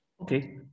Okay